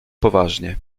poważnie